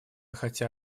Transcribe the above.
хотя